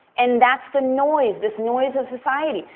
and that's the noise, this noise of society.